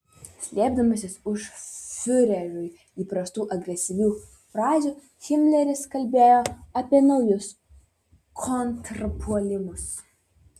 slėpdamasis už fiureriui įprastų agresyvių frazių himleris kalbėjo apie naujus kontrpuolimus